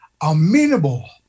amenable